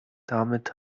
damit